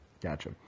gotcha